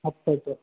ಹತ್ತಕ್ಕೆ